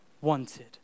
wanted